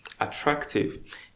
attractive